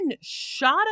shot